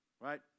Right